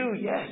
yes